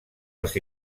els